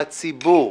הציבור,